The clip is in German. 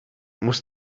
muss